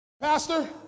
Pastor